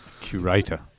Curator